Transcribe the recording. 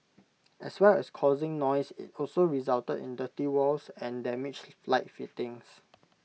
as well as causing noise IT also resulted in dirty walls and damaged light fittings